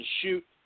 shoot